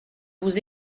vous